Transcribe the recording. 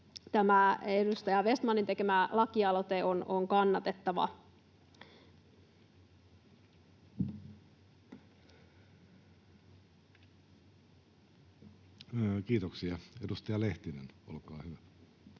tämä edustaja Vestmanin tekemä lakialoite on kannatettava. Kiitoksia. — Edustaja Lehtinen, olkaa hyvä.